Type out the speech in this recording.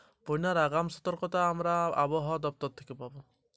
বন্যার আগাম সতর্কতা আমরা কিভাবে পাবো?